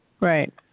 Right